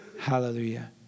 Hallelujah